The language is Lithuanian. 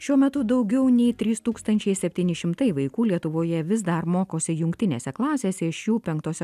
šiuo metu daugiau nei trys tūkstančiai septyni šimtai vaikų lietuvoje vis dar mokosi jungtinėse klasėse iš jų penktose